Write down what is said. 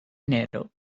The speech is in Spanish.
enero